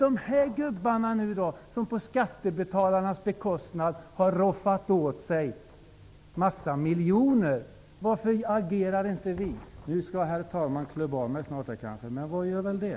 Det finns en mängd gubbar som på skattebetalarnas bekostnad har roffat åt sig en massa miljoner. Varför agerar vi inte? Nu skall kanske herr talmannen klubba av mig, men vad gör det?